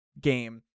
game